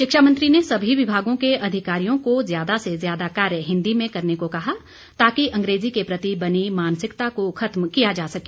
शिक्षा मंत्री ने सभी विभागों के अधिकारियों को ज्यादा से ज्यादा कार्य हिन्दी में करने को कहा ताकि अंग्रेजी के प्रति बनी मानसिकता को खत्म किया जा सके